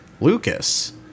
Lucas